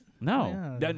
No